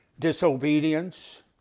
Disobedience